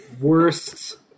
worst